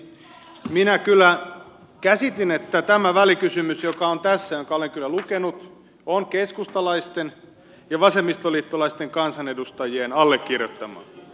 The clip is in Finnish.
minä kyllä käsitin että tämä välikysymys joka on tässä ja jonka olen kyllä lukenut on keskustalaisten ja vasemmistoliittolaisten kansanedustajien allekirjoittama